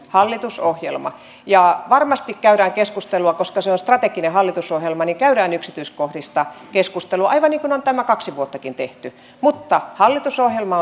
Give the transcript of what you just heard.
hallitusohjelma varmasti käydään keskustelua koska se on strateginen hallitusohjelma niin käydään yksityiskohdista keskustelua aivan niin kuin on tämä kaksi vuottakin tehty mutta hallitusohjelma